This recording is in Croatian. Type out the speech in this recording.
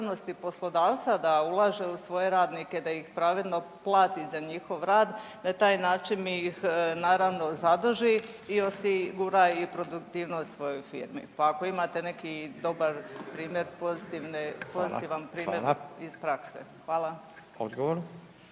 poslodavca da ulaže u svoje radnike, da ih pravedno plati za njihov rad na taj način ih naravno zadrži i osigura i produktivnost svojoj firmi. Pa ako imate neki dobar primjer pozitivne, pozitivan primjer …/Upadica: Hvala, hvala./…